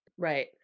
Right